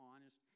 honest